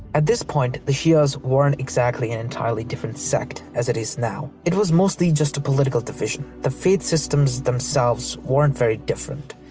at this point, the shias weren't exactly an entirely different sect as it is now, it was mostly just a political division. the faith systems themselves weren't very different.